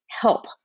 Help